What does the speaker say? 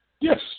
Yes